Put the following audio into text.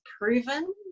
proven